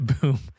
Boom